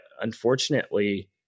unfortunately